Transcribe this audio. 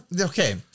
okay